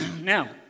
Now